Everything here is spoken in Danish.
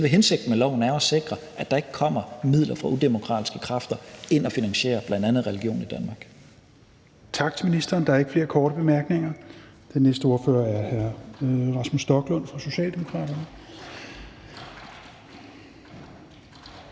selve hensigten med loven er at sikre, at der ikke kommer midler fra udemokratiske kræfter ind og finansierer bl.a. religion i Danmark.